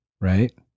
right